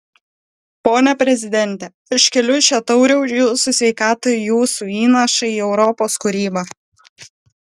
pone prezidente aš keliu šią taurę už jūsų sveikatą ir jūsų įnašą į europos kūrybą